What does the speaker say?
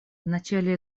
начале